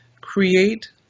Create